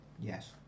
Yes